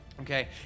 Okay